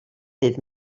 ddydd